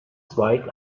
zweig